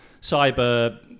cyber